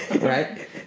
right